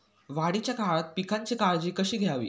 वाढीच्या काळात पिकांची काळजी कशी घ्यावी?